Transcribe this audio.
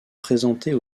présentées